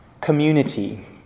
community